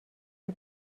ihr